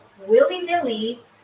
willy-nilly